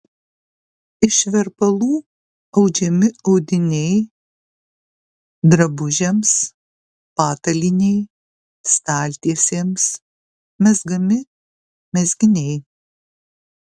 iš verpalų audžiami audiniai drabužiams patalynei staltiesėms mezgami mezginiai